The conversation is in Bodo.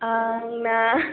आंना